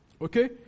Okay